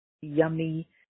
yummy